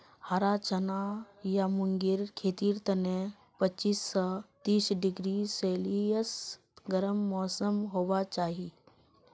हरा चना या मूंगेर खेतीर तने पच्चीस स तीस डिग्री सेल्सियस गर्म मौसम होबा चाई